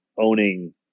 owning